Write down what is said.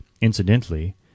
Incidentally